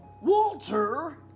Walter